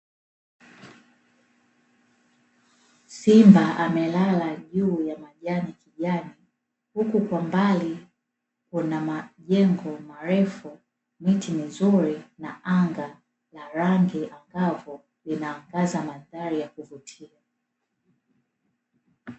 Simba amelala juu ya majani ya kijani. Huku kwa mbali kuna majengo marefu, miti mizuri na anga, na rangi angavu inaangaza mandhari ya kuvutia.